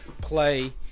play